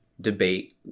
debate